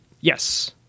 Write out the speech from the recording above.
Yes